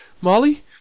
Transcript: Molly